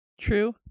true